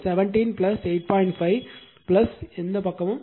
5 இந்த பக்கமும் 8